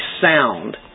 sound